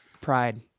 pride